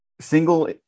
single